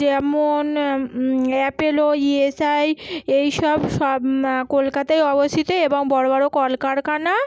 যেমন Apollo E S I এই সব সব কলকাতায় অবস্থিত এবং বড়ো বড়ো কলকারখানা